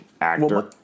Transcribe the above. actor